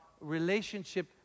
relationship